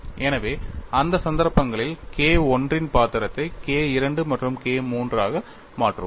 எனவே அந்த சந்தர்ப்பங்களில் K I இன் பாத்திரத்தை K II மற்றும் K III மாற்றுவோம்